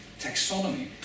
taxonomy